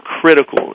critical